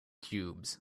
cubes